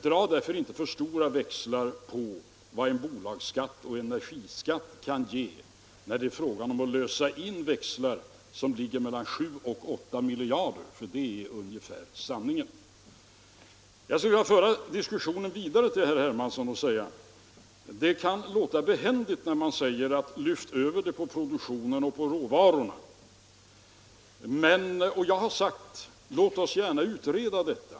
Ha därför inte för stora förväntningar på vad en bolagsskatt och en energiskatt kan ge när det gäller att lösa in växlar på mellan 7 och 8 miljarder — ty det är ungefär vad det rör sig om. Jag skulle vilja föra diskussionen med herr Hermansson vidare genom att säga: Det kan låta behändigt att man skall lyfta över dessa kostnader på produktionen och på råvarorna. Jag har också sagt: Låt oss gärna utreda detta!